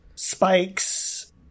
spikes